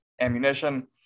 ammunition